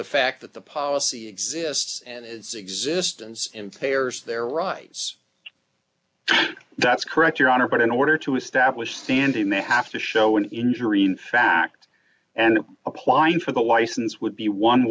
the fact that the policy exists and its existence in payers their rights that's correct your honor but in order to establish standing they have to show an injury in fact and applying for the license would be one